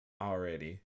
already